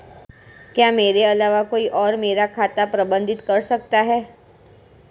क्या मेरे अलावा कोई और मेरा खाता प्रबंधित कर सकता है?